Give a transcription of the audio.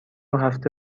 هفته